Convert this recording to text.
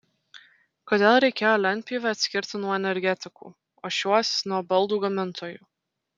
kodėl reikėjo lentpjūvę atskirti nuo energetikų o šiuos nuo baldų gamintojų